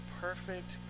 perfect